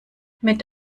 mit